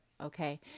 Okay